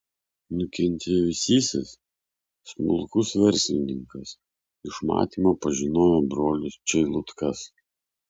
nukentėjusysis smulkus verslininkas iš matymo pažinojo brolius čeilutkas